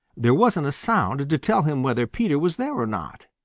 there wasn't a sound to tell him whether peter was there or not.